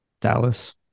Dallas